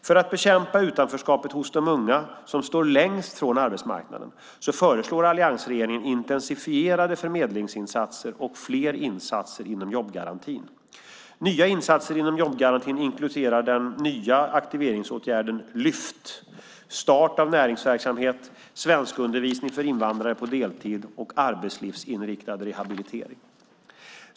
För att bekämpa utanförskapet hos de unga som står längst från arbetsmarknaden föreslår alliansregeringen intensifierade förmedlingsinsatser och fler insatser inom jobbgarantin. Nya insatser inom jobbgarantin inkluderar den nya aktiveringsåtgärden Lyft, start av näringsverksamhet, svenskundervisning för invandrare på deltid och arbetslivsinriktad rehabilitering.